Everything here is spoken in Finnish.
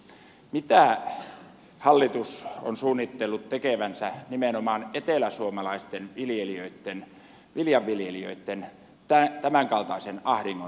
mitä hallitus on suunnitellut tekevänsä nimenomaan eteläsuomalaisten viljelijöitten viljanviljelijöitten tämänkaltaisen ahdingon helpottamiseksi